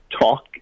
talk